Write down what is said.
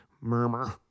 Murmur